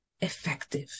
effective